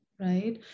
right